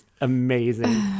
amazing